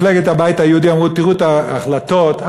מפלגת הבית היהודי אמרו: תראו את ההחלטות המעשיות,